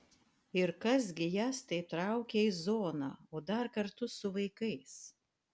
ir kas gi jas taip traukia į zoną o dar kartu su vaikais